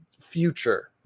future